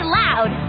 loud